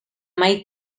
mai